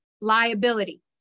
liability